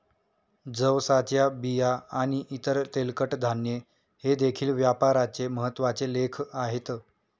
जवसाच्या बिया आणि इतर तेलकट धान्ये हे देखील व्यापाराचे महत्त्वाचे लेख आहेत